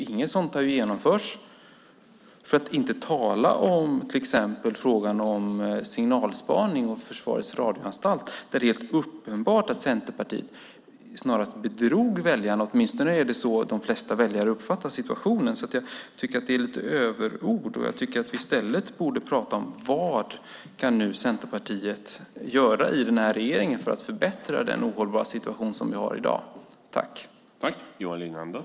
Inget sådant har genomförts - för att inte tala om exempelvis signalspaningen och Försvarets radioanstalt! Där är det helt uppenbart att Centerpartiet snarast bedrog väljarna. Åtminstone är det så de flesta väljare uppfattat situationen. Därför tycker jag att det är lite av överord här. I stället borde vi prata om vad Centerpartiet kan göra i den nuvarande regeringen för att förbättra när det gäller den ohållbara situationen i dag.